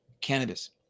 cannabis